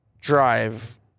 drive